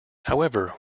however